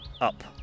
up